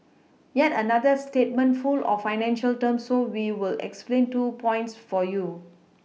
yet another statement full of financial terms so we will explain two points for you